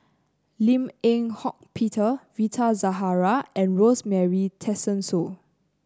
Lim Eng Hock Peter Rita Zahara and Rosemary Tessensohn